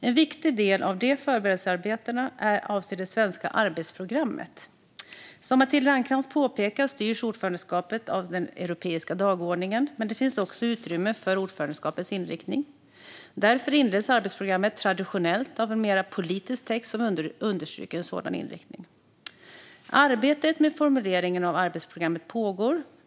En viktig del av förberedelsearbetet avser det svenska arbetsprogrammet. Som Matilda Ernkrans påpekar styrs ordförandeskapet av den europeiska dagordningen, men det finns också utrymme för ordförandeskapets inriktning. Därför inleds arbetsprogrammen traditionellt av en mer politisk text som understryker en sådan inriktning. Arbetet med formuleringen av arbetsprogrammet pågår.